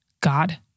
God